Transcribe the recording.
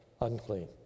unclean